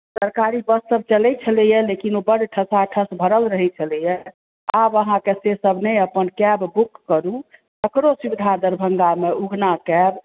सरकारी बस सब चलै छलैया लेकिन खचाखच भरल छलैया आब अहाँके से सब नहि अपन कैब बुक करू एकरो सुविधा दरभंगा मे उगना कैब